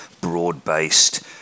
broad-based